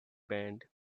band